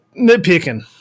nitpicking